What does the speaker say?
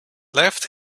left